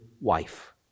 wife